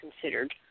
considered